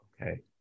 Okay